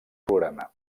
programa